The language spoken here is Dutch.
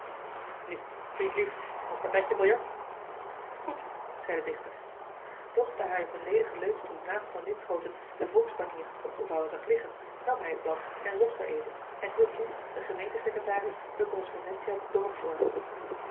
nu vriendlief ons partijtje biljart goed zei de dichter doch daar hij op een ledigen leunstoel naast van linschooten de volksbanier onopgevouwen zag liggen nam hij het blad op en zocht er even en hield toen den johan de meester de zonde in het deftige dorp gemeentesecretaris de correspondentie uit het dorp voor